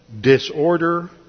disorder